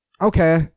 okay